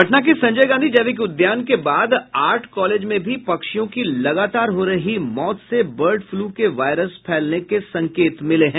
पटना के संजय गांधी जैविक उद्यान के बाद आर्ट कॉलेज में भी पक्षियों की लगातार हो रही मौत से बर्ड फ्लू के वायरस फैलने के संकेत मिले हैं